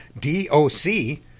D-O-C